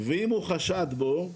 ואם הוא חשד בו,